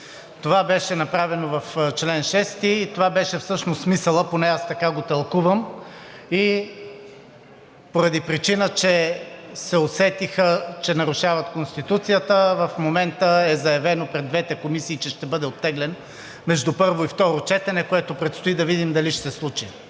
Това беше направено в чл. 6. Това беше всъщност смисълът, поне така го тълкувам. И поради причина, че се усетиха, че нарушават Конституцията, в момента е заявено пред двете комисии, че ще бъде оттеглен между първо и второ четене, което предстои да видим дали ще се случи.